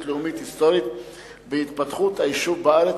לאומית היסטורית בהתפתחות היישוב בארץ,